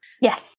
Yes